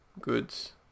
goods